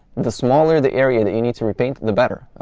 the smaller the area that you need to repaint, the better,